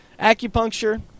Acupuncture